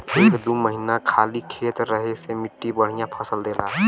एक दू महीना खाली खेत रहे से मट्टी बढ़िया फसल देला